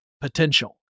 potential